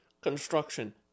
construction